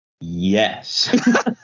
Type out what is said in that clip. Yes